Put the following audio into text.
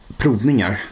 provningar